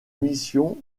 mission